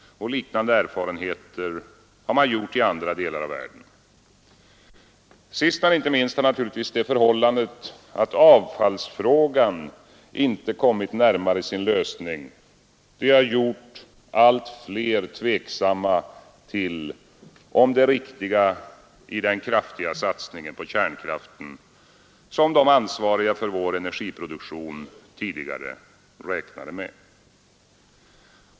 Liknande erfarenheter har man gjort i andra delar av världen. Sist men inte minst kan sägas att avfallsproblemet inte kommit närmare sin lösning. Det har gjort allt fler tveksamma om det riktiga i den väldiga satsning på kärnkraften, som de ansvariga för vår energiproduktion tidigare räknade med.